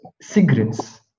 cigarettes